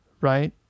right